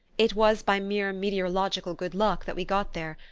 it was by mere meteorological good luck that we got there,